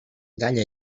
gall